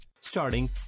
Starting